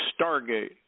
stargate